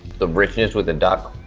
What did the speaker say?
the richness with the duck,